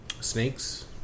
Snakes